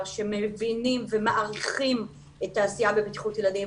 שמבינים ומעריכים את העשייה בבטיחות ילדים,